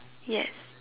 yes